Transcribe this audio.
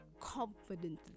confidently